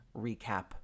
Recap